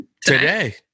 Today